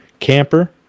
camper